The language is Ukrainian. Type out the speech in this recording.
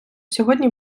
сьогодні